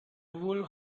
would